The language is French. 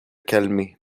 calmer